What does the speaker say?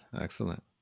Excellent